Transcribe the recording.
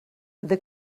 the